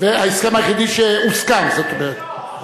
ההסכם היחידי שהוסכם, זאת אומרת.